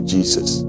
Jesus